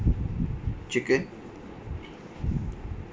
chicken